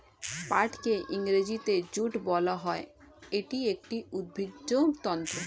পাটকে ইংরেজিতে জুট বলা হয়, এটি একটি উদ্ভিজ্জ তন্তু